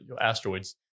asteroids